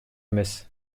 эмес